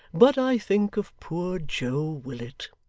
but i think of poor joe willet.